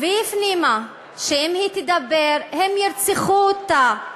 והיא הפנימה שאם היא תדבר, הם ירצחו אותה.